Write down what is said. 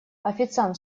официант